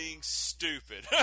stupid